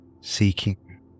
seeking